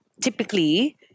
typically